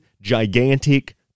gigantic